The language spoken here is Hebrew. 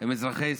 עם אזרחי ישראל.